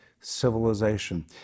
civilization